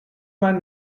man